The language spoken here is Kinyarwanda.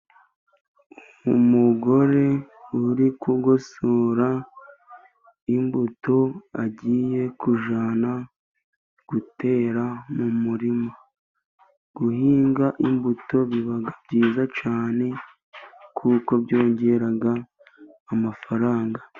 Umugore uri kugosora imbuto, agiye kujyana gutera mu murima. Guhinga imbuto biba byiza cyane, kuko byongera amafaranga.